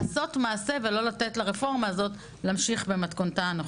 לעשות מעשה ולא לתת לרפורמה הזאת להמשיך במתכונתה הנוכחית.